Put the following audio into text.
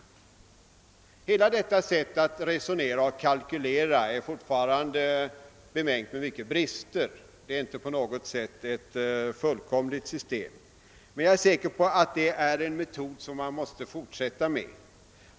Hela detta sätt att resonera och kalkylera är fortfarande bemängt med många brister. Det är inte på något sätt ett fullkomligt system men jag är säker på att det är en metod som man måste fortsätta med.